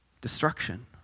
destruction